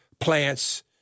plants